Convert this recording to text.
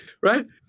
Right